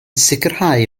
sicrhau